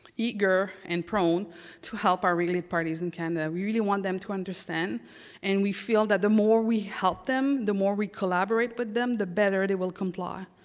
eager and prone to help our relief parties in canada. we really want them to understand and we feel that the more we help them, the more we collaborate with but them, the better they will comply.